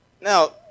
now